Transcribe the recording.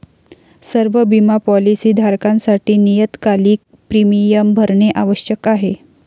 सर्व बिमा पॉलीसी धारकांसाठी नियतकालिक प्रीमियम भरणे आवश्यक आहे